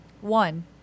One